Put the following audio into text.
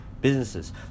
businesses